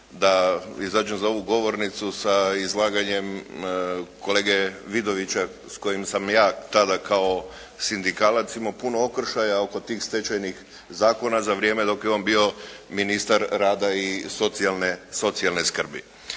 da izađem za ovu govornicu sa izlaganjem kolege Vidovića s kojim sam ja tada kao sindikalac imao puno okršaja oko tih stečajnih zakona za vrijeme dok je on bio ministar rada i socijalne skrbi.